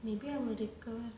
maybe அவங்க:avanga recover